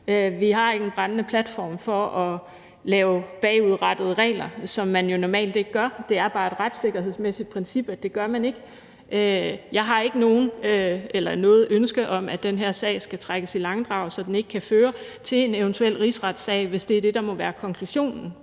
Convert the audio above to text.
Vi har ikke nogen brændende platform og behøver ikke at lave bagudrettede regler, hvad man normalt ikke gør. Det er bare et retssikkerhedsmæssigt princip, at det gør man ikke. Jeg har ikke noget ønske om, at den her sag skal trækkes i langdrag, så den ikke kan føre til en eventuel rigsretssag, hvis det er det, der må være konklusionen